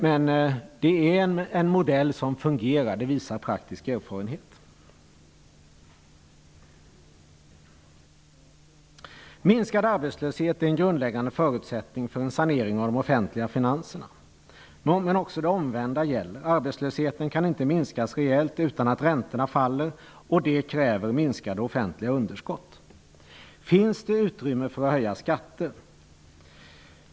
Men det är en modell som fungerar. Det visar praktisk erfarenhet. Minskad arbetslöshet är en grundläggande förutsättning för en sanering av de offentliga finanserna. Men också det omvända gäller. Arbetslösheten kan inte minskas reellt utan att räntorna faller, vilket kräver minskade offentliga underskott. Finns det utrymme för att höja skatterna?